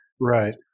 Right